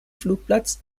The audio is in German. flugplatz